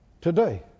today